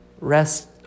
Rest